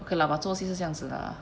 okay lah but 做戏是这样子 lah